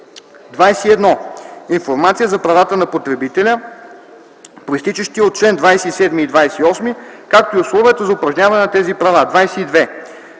21. информация за правата на потребителя, произтичащи от чл. 27 и 28, както и условията за упражняване на тези права; 22.